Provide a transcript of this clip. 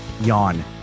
Yawn